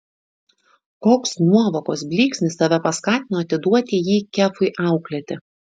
koks nuovokos blyksnis tave paskatino atiduoti jį kefui auklėti